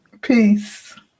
Peace